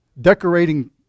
Decorating